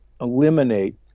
eliminate